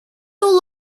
all